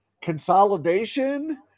consolidation